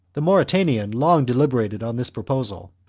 the mauritanian long deliberated on this proposal,